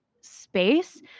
space